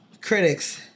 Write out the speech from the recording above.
critics